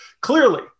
clearly